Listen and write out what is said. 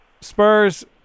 Spurs